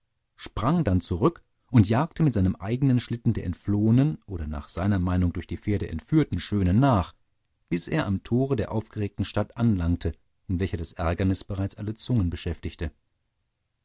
sprang dann zurück und jagte mit seinem eigenen schlitten der entflohenen oder nach seiner meinung durch die pferde entführten schönen nach bis er am tore der aufgeregten stadt anlangte in welcher das ärgernis bereits alle zungen beschäftigte